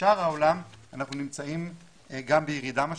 בשאר העולם אנחנו נמצאים בירידה משמעותית.